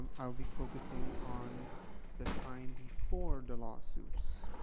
um i'll be focusing on the time before the lawsuits,